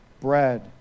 bread